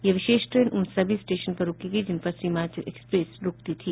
ये विशेष ट्रेन उन सभी स्टेशन पर रूकेगी जिन पर सीमांचल एक्सप्रेस रूकती थी